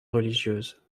religieuses